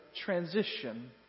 transition